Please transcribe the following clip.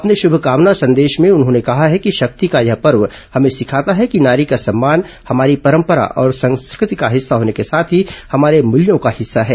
अपने श्रभकामना संदेश में उन्होंने कहा है कि शक्ति का यह पर्व हमें सिखाता है कि नारी का सम्मान हमारी परम्परा और संस्कृति का हिस्सा होने के साथ ही हमारे मूल्यों का हिस्सा है